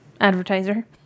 advertiser